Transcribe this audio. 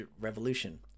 revolution